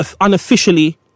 unofficially